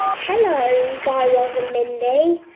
hello, guy raz and mindy.